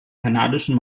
kanadischen